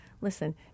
listen